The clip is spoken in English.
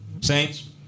Saints